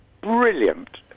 brilliant